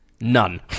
None